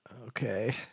Okay